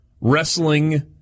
wrestling